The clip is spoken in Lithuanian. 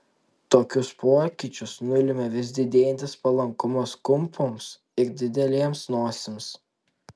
tokius pokyčius nulėmė vis didėjantis palankumas kumpoms ir didelėms nosims